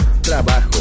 trabajo